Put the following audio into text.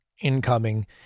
incoming